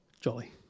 jolly